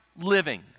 living